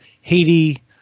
Haiti